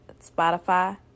Spotify